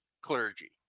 clergy